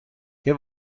que